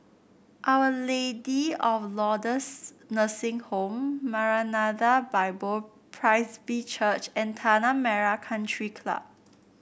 Our Lady of Lourdes Nursing Home Maranatha Bible Presby Church and Tanah Merah Country Club